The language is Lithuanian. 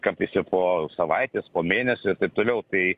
kartais ir po savaitės po mėnesio ir taip toliau tai